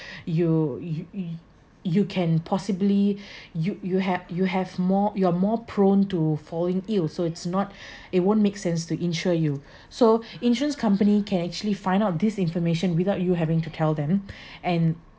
you you you can possibly you you have you have more you are more prone to falling ill so it's not it won't make sense to insure you so insurance company can actually find out this information without you having to tell them and